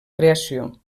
creació